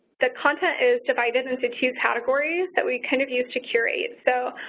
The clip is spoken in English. the content is divided into two categories that we kind of use to curate. so,